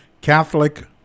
Catholic